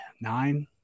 nine